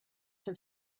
have